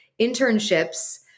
internships